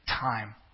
time